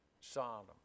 Sodom